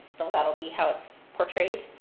though that'll be how it's portrayed.